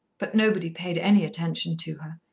but nobody paid any attention to her.